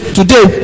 today